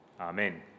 Amen